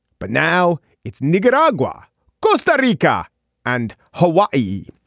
but now it's nicaragua costa rica and hawaii.